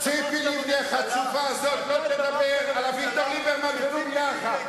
ציפי לבני החצופה הזאת לא תדבר על אביגדור ליברמן ככה.